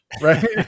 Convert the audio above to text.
right